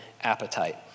appetite